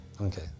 Okay